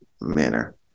manner